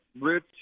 Rich